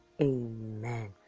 Amen